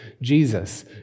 Jesus